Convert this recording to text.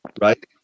right